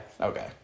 Okay